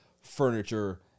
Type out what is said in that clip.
furniture